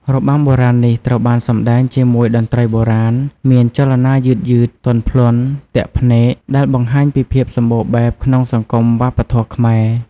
របាំបុរាណនេះត្រូវបានសម្តែងជាមួយតន្ត្រីបុរាណ មានចលនាយឺតៗ ទន់ភ្លន់ ទាក់ភ្នែក ដែលបង្ហាញពីភាពសម្បូរបែបក្នុងសង្គមវប្បធម៌ខ្មែរ។